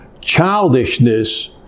Childishness